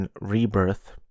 Rebirth